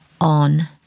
on